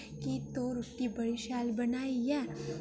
कि तूं रुट्टी बड़ी शैल बनाई ऐ